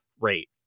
rate